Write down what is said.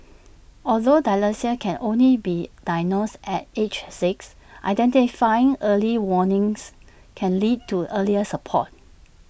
although dyslexia can only be diagnosed at age six identifying early warnings can lead to earlier support